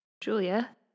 Julia